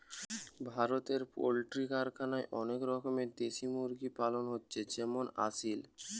ভারতে পোল্ট্রি কারখানায় অনেক রকমের দেশি মুরগি পালন হচ্ছে যেমন আসিল